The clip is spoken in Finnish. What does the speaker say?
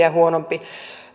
olemaan huonompi kuin miesten